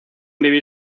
vivir